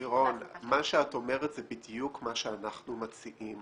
לירון, מה שאת אומרת זה בדיוק מה שאנחנו מציעים.